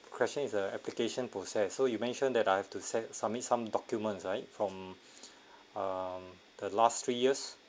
question is uh application process so you mentioned that I have to set submit some documents right from um the last three years